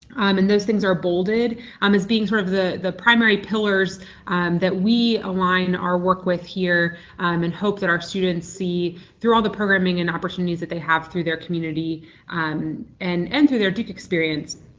um and those things are bolded um as being sort of the the primary pillars that we align our work with here um and hope that our students see through all the programming and opportunities that they have through their community um and and through their duke experience.